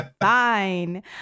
fine